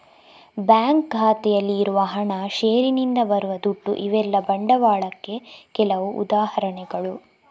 bank ಖಾತೆಯಲ್ಲಿ ಇರುವ ಹಣ, ಷೇರಿನಿಂದ ಬರುವ ದುಡ್ಡು ಇವೆಲ್ಲ ಬಂಡವಾಳಕ್ಕೆ ಕೆಲವು ಉದಾಹರಣೆಗಳು